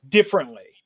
differently